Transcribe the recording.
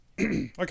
Okay